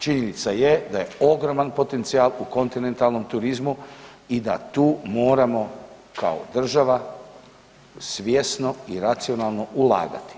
Činjenica je da je ogroman potencijal u kontinentalnom turizmu i da tu moramo kao država svjesno i racionalno ulagati.